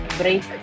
break